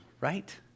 right